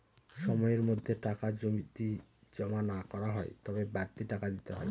সময়ের মধ্যে টাকা যদি জমা না করা হয় তবে বাড়তি টাকা দিতে হয়